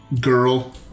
girl